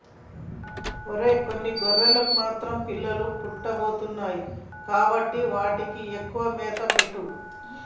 ఒరై కొన్ని గొర్రెలకు మాత్రం పిల్లలు పుట్టబోతున్నాయి కాబట్టి వాటికి ఎక్కువగా మేత పెట్టు